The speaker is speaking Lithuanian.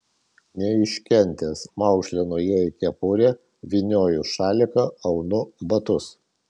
neiškentęs maukšlinu jai kepurę vynioju šaliką aunu batus